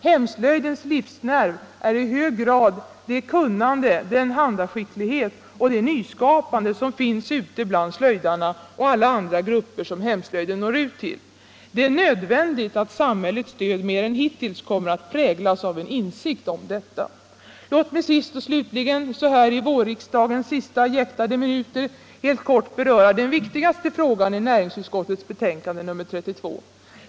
Hemslöjdens livsnerv är i hög grad det kunnande, den handaskicklighet och det nyskapande som finns ute bland slöjdarna och alla andra grupper som hemslöjden når ut till. Det är nödvändigt att samhällets stöd mer än hittills kommer att präglas av en insikt om detta. Låt mig sist och slutligen, så här i vårriksdagens sista jäktade minuter, helt kort beröra den viktigaste frågan i näringsutskottets betänkande nr 32.